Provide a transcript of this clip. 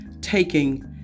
taking